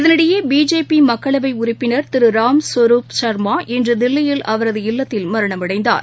இதனிடையேபிஜேபிமக்களவைஉறுப்பினர் திருராம் ஸ்வருப் சர்மா இன்றுதில்லியில் அவரது இல்லத்தில் மரணமடைந்தார்